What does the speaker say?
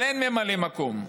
אבל אין ממלא מקום.